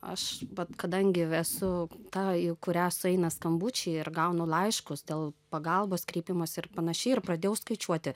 aš vat kadangi esu ta į kurią sueina skambučiai ir gaunu laiškus dėl pagalbos kreipimosi ir panašiai ir pradėjau skaičiuoti